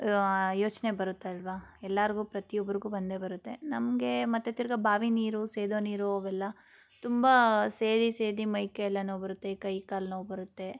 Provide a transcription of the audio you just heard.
ಯೋಚನೆ ಬರುತ್ತಲ್ಲವಾ ಎಲ್ಲರ್ಗೂ ಪ್ರತಿಯೊಬ್ಬರಿಗೂ ಬಂದೇ ಬರುತ್ತೆ ನಮಗೆ ಮತ್ತು ತಿರ್ಗಿ ಬಾವಿ ನೀರು ಸೇದೋ ನೀರು ಅವೆಲ್ಲ ತುಂಬ ಸೇದಿ ಸೇದಿ ಮೈ ಕೈ ಎಲ್ಲ ನೋವು ಬರುತ್ತೆ ಕೈ ಕಾಲು ನೋವು ಬರುತ್ತೆ